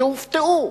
שהופתעו.